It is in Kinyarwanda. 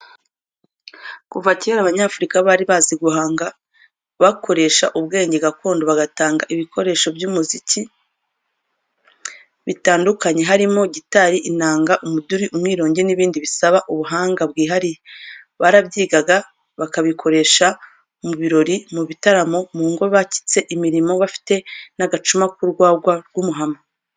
Kuva kera Abanyafurika bari bazi guhanga, bakoresha ubwenge gakondo, bagatanga ibikoresho by'umuziki bitandukanye harimo: gitari, inanga, umuduri, umwirongi n'ibindi bisaba ubuhanga bwihariye. Barabyigaga bakabikoresha mu birori, mu bitaramo, mu ngo bakitse imirimo, bafite n'agacuma k'urwagwa rw'umuhama.